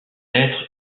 naître